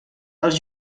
els